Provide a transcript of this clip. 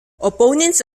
opponents